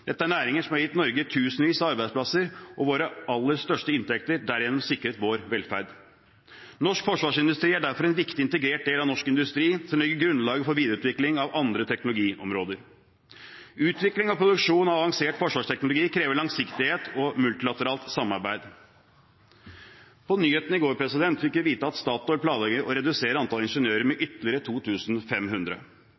Dette er næringer som har gitt Norge tusenvis av arbeidsplasser og våre aller største inntekter, og derigjennom sikret vår velferd. Norsk forsvarsindustri er derfor en viktig integrert del av norsk industri, som legger grunnlaget for videreutvikling av andre teknologiområder. Utviklingen av produksjon av avansert forsvarsteknologi krever langsiktighet og multilateralt samarbeid. På nyhetene i går fikk vi vite at Statoil planlegger å redusere antallet ingeniører med ytterligere